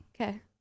Okay